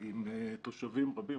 עם תושבים רבים.